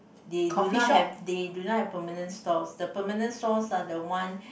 they do not have they do not have permanent stalls the permanent stalls are the one